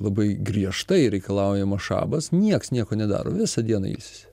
labai griežtai reikalaujamas šabas nieks nieko nedaro visą dieną ilsisi